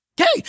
okay